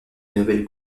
nouvelle